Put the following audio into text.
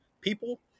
people